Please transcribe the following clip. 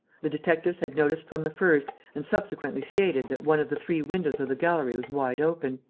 the detectives had noticed from the first and subsequently stated that one of the three windows of the gallery was wide open.